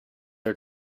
are